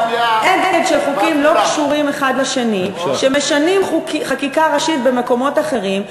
אגד של חוקים לא קשורים האחד לשני שמשנים חקיקה ראשית במקומות אחרים,